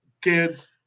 kids